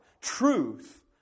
truth